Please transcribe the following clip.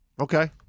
Okay